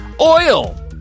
Oil